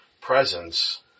presence